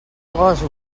gósol